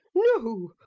no!